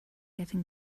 getting